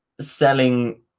selling